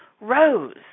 rose